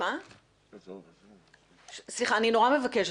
אני נורא מבקשת,